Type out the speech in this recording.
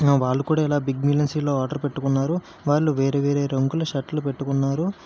వాళ్ళు కూడా ఇలా బిగ్ మిలియన్ సేల్లో ఆర్డర్ పెట్టుకున్నారు వాళ్ళు వేరే వేరే రంగుల షర్ట్లు పెట్టుకున్నారు